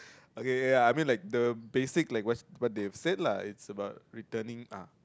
okay okay ya I mean like the basic like what what they have said lah it's about returning ah